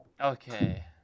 Okay